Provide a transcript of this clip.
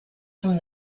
from